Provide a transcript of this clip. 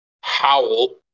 howl